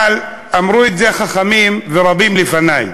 אבל אמרו את זה חכמים ורבים לפני: